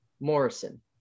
Morrison